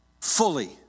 fully